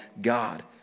God